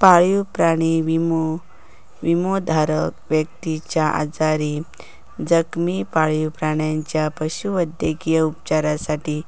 पाळीव प्राणी विमो, विमोधारक व्यक्तीच्यो आजारी, जखमी पाळीव प्राण्याच्या पशुवैद्यकीय उपचारांसाठी